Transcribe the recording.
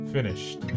Finished